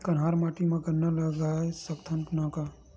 कन्हार माटी म गन्ना लगय सकथ न का?